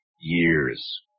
years